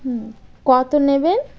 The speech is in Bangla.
হুম কত নেবেন